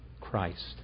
Christ